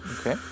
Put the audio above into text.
okay